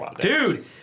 Dude